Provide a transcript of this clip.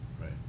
Right